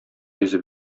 йөзеп